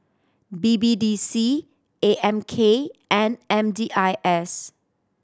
B B D C A M K and M D I S